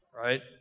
Right